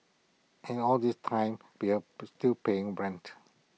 and all this time we are puts still paying rent